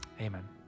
Amen